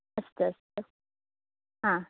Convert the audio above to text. अस्तु अस्तु हा